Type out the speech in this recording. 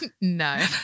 No